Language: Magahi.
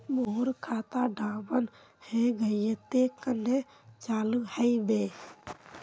मोर खाता डा बन है गहिये ते कन्हे चालू हैबे?